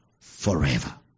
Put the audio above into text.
forever